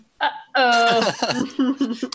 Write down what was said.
Uh-oh